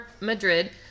madrid